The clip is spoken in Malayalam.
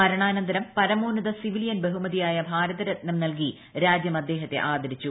മരണാനന്തരം പരമോന്നത സിവിലിയൻ ബഹുമതിയായ ഭാരതരത്നം നൽകി രാജ്യം അദ്ദേഹത്തെ ആദരിച്ചു